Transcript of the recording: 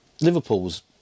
Liverpool's